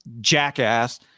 jackass